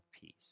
peace